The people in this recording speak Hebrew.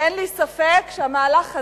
אין לי ספק שהמהלך הזה,